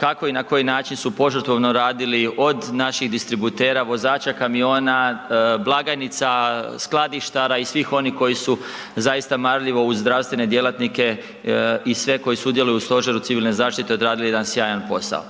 kako i na koji način su požrtvovno radili od naših distributera, vozača kamiona, blagajnica, skladištara i svih onih koji su zaista marljivo uz zdravstvene djelatnike i sve koji sudjeluju u stožeru civilne zaštite odradili jedan sjajan posao